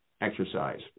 exercise